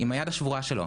עם היד השבורה שלו.